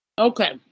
Okay